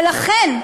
ולכן,